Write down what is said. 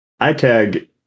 iTag